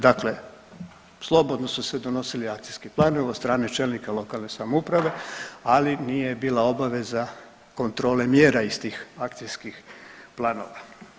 Dakle, slobodno su se donosili akcijski planovi od strane čelnika lokalne samouprave, ali nije bila obaveza kontrole mjera iz tih akcijskih planova.